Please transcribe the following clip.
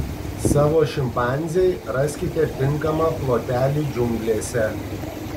savo šimpanzei raskite tinkamą plotelį džiunglėse